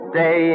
day